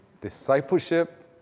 Discipleship